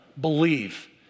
believe